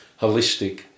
holistic